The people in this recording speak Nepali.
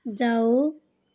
जाऊ